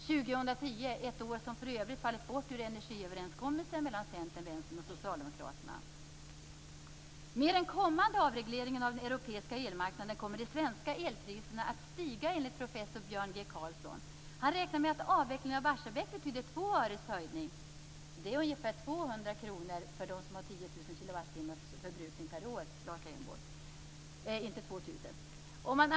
2010 är ett år som för övrigt fallit bort ur energiöverenskommelsen mellan Centern, Med den kommande avregleringen av den europeiska elmarknaden kommer de svenska elpriserna att stiga, enligt professor Björn G. Karlsson. Han räknar med att avvecklingen av Barsebäck betyder 2 öres höjning. Det är ungefär 200 kr för dem som förbrukar 10 000 kilowattimmar per år, Lars Leijonborg, och inte 2 000.